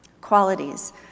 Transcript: Qualities